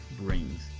brings